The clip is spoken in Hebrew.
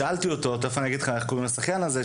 שאלתי אותו אני אגיד לך איך קוראים לשחיין הזה.